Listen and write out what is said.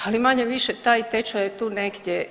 Ali manje-više taj tečaj je tu negdje.